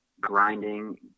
grinding